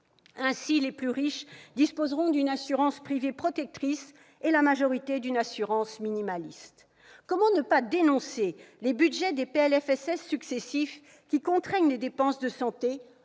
Ainsi, les plus riches disposeront d'une assurance privée protectrice et la majorité des Français d'une assurance minimaliste. Comment ne pas dénoncer les budgets des PLFSS successifs qui contraignent les dépenses de santé,